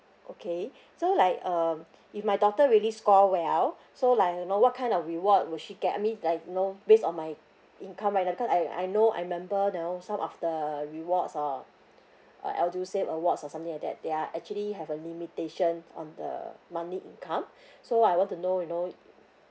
okay so like um if my daughter really score well so like you know what kind of reward will she get I mean like you know based on my income right because I I know I remember you know some of the rewards or uh edusave awards or something like that they are actually have a limitation on the monthly income so I want to know you know